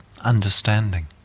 understanding